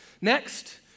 Next